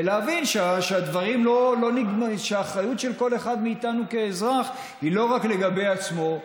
ולהבין שהאחריות של כל אחד מאיתנו כאזרח היא לא רק לגבי עצמו,